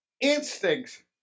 instincts